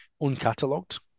uncatalogued